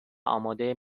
امادهی